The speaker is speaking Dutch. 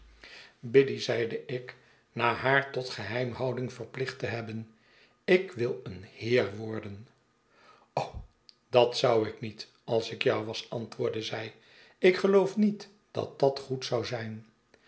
biddy zeide ik na haar tot geheimhouding verplicht te hebben ik wil een beer worden dat zou ik niet als ik jou was antwoordde zij ik geloof niet dat dat goed zou zijn